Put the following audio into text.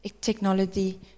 technology